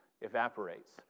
evaporates